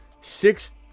six